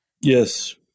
Yes